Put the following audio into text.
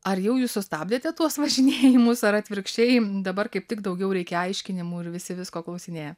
ar jau jūs sustabdėte tuos važinėjimus ar atvirkščiai dabar kaip tik daugiau reikia aiškinimų ir visi visko klausinėja